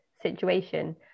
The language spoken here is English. situation